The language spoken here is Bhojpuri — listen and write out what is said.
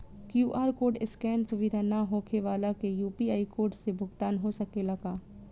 क्यू.आर कोड स्केन सुविधा ना होखे वाला के यू.पी.आई कोड से भुगतान हो सकेला का?